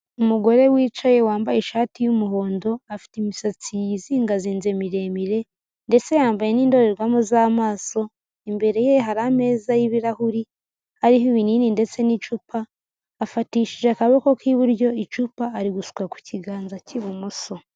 Umugore wicaye wambaye ishati y'umuhondo, afite imisatsi yizingazinze miremire, ndetse yambaye n'indorerwamo z'amaso, imbere ye hari ameza y'ibirahuri, ariho ibinini ndetse n'icupa, afatishije akaboko k'iburyo icupa ari gusuka ku kiganza cy'ibumoso.